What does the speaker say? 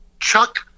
Chuck